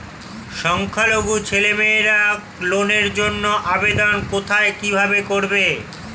সংখ্যালঘু ছেলেমেয়েরা লোনের জন্য আবেদন কোথায় কিভাবে করবে?